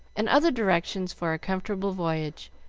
and other directions for a comfortable voyage,